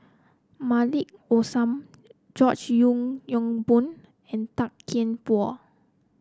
Maliki Osman George Yeo Yong Boon and Tan Kian Por